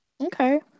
Okay